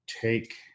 take